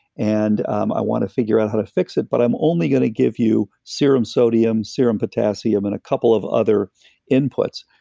and um i want to figure out how to fix it. but i'm only gonna give you serum sodium, serum potassium, and a couple of other inputs.